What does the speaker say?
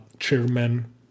chairman